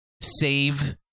save